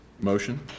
Motion